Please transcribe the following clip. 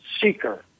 seeker